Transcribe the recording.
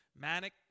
manic